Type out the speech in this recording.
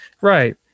Right